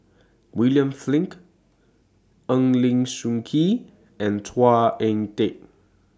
William Flint Eng Lee Seok Chee and Chua Ek Kay